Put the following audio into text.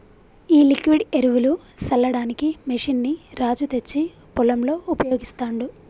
ఈ లిక్విడ్ ఎరువులు సల్లడానికి మెషిన్ ని రాజు తెచ్చి పొలంలో ఉపయోగిస్తాండు